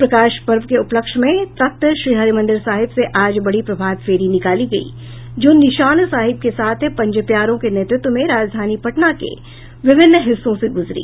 प्रकाश पर्व के उपलक्ष्य में तख्त श्री हरिमंदिर साहिब से आज बडी प्रभात फेरी निकाली गयी जो निशान साहिब के साथ पंज प्यारों के नेतृत्व में राजधानी पटना के विभिन्न हिस्सों से गुजरी